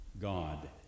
God